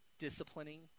disciplining